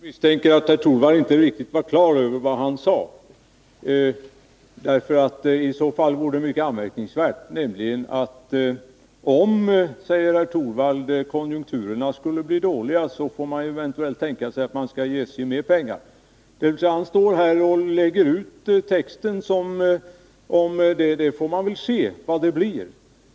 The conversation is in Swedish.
Herr talman! Jag misstänker att Rune Torwald inte var riktigt på det klara med vad han sade; i annat fall vore det mycket anmärkningsvärt. Han sade nämligen att om konjunkturerna skulle bli dåliga får man tänka sig att ge SJ mer pengar. Han lägger ut texten så att ”man får väl se hur det blir”.